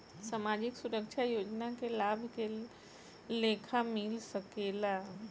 सामाजिक सुरक्षा योजना के लाभ के लेखा मिल सके ला?